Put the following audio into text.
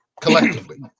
collectively